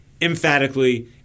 emphatically